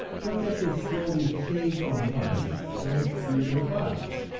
but that they slowly fade from life as do their bodies.